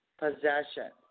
possession